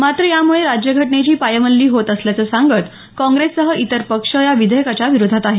मात्र यामुळे राज्यघटनेची पायमल्ली होत असल्याचं सांगत काँग्रेससह इतर पक्ष या विधेयकाच्या विरोधात आहेत